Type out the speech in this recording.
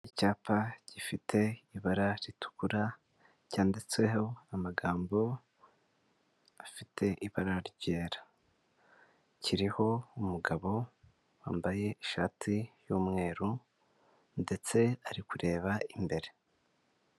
Icyapa gifite ibara ritukura cyanditseho amagambo afite ibara ryera, kiriho umugabo wambaye ishati y'umweru ndetse ari kureba imbere.